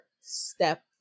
step